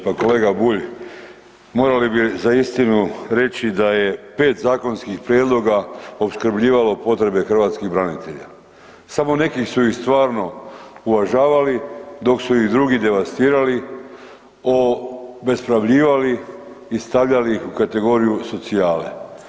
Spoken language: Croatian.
Pa kolega Bulj morali bi za istinu reći da je pet zakonskih prijedloga opskrbljivalo potrebe hrvatskih branitelja, samo neki su i stvarno uvažavali dok su ih drugi devastirali, obespravljivali i stavljali u kategoriju socijale.